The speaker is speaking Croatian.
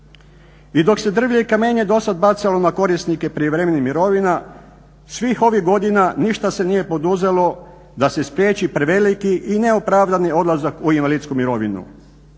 I dok se drvlje i kamenje dosad bacalo na korisnike prijevremenih mirovina svih ovih godina ništa se nije poduzeto da se spriječi preveliki i neopravdani odlazak u invalidsku mirovinu.